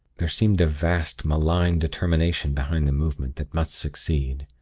there seemed a vast, malign determination behind the movement, that must succeed.